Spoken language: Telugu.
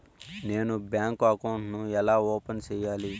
నేను బ్యాంకు అకౌంట్ ను ఎలా ఓపెన్ సేయాలి?